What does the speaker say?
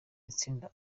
itsinda